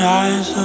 eyes